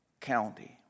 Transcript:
county